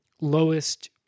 lowest